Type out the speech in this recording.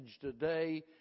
today